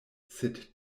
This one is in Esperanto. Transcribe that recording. sed